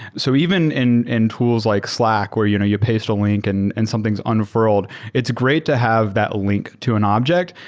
so even in in tools like slack where you know you paste a link and and something's unfurled, it's great to have that link to an object.